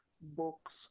books